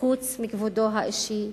חוץ מכבודו האישי?